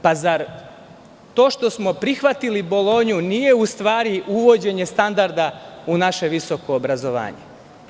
Pa, zar to što smo prihvatili Bolonju nije ustvari uvođenje standarda u naše visoko obrazovanje?